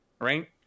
Right